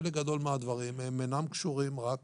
חלק גדול מהדברים אינם קשורים רק